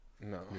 No